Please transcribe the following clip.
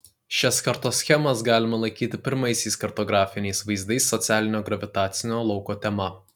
šias kartoschemas galima laikyti pirmaisiais kartografiniais vaizdais socialinio gravitacinio lauko tema